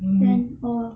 mm